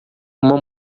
uma